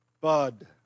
Bud